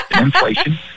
Inflation